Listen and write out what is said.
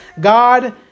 God